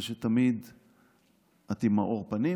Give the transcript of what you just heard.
זה שתמיד את עם מאור פנים,